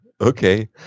Okay